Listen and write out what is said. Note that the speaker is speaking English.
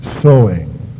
sowing